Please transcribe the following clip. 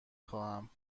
خواهم